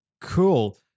cool